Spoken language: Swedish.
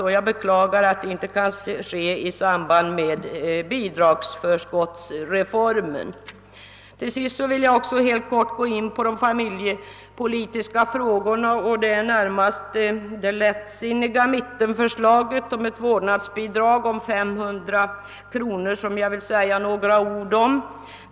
Jag beklagar att detta inte kan ske i samband med bidragsförskottsreformen. Till sist vill jag helt kort gå in på de familjepolitiska frågorna. Det är närmast det lättsinniga mittenförslaget om ett vårdnadsbidrag på 500 kr. som jag vill säga några ord om.